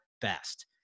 best